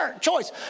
choice